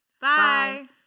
Bye